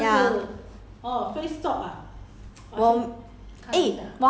ya ya 一半的这样 semicircle 的 lor ya